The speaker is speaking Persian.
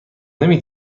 نمی